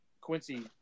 Quincy